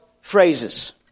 phrases